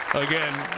again,